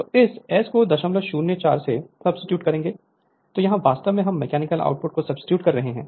तो इस S को 004 से सब्सीट्यूट करेंगे तो यहां वास्तव में हम मैकेनिकल आउटपुट को सब्सीट्यूट कर रहे हैं